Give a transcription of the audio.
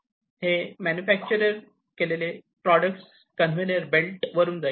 हे मेनीफॅक्चर केलेले products conveyor belt वरून जाईल